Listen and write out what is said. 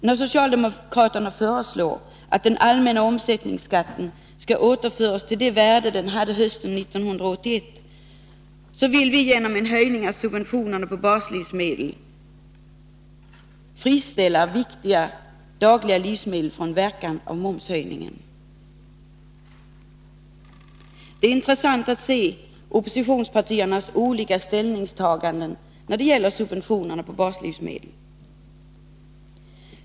När socialdemokraterna föreslår att den allmänna omsättningsskatten skall återföras till det värde den hade hösten 1981 vill vi genom en höjning av subventionerna på baslivsmedel friställa viktiga dagliga livsmedel från verkan av momshöjningen. Det är intressant att se oppositionspartiernas olika ställningstaganden när det gäller subventionerna på baslivsmedel.